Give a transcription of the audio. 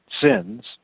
sins